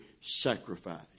sacrifice